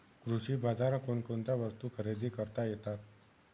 कृषी बाजारात कोणकोणत्या वस्तू खरेदी करता येतात